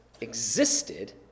existed